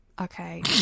Okay